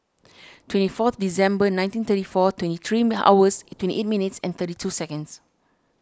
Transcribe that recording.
twenty fourth December nineteen thirty four twenty three hours twenty eight minutes and thirty two seconds